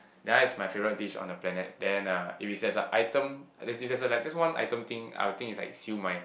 that one is my favourite dish on the planet then uh if it as a item that is that a like just one item thing I will think is like siew-mai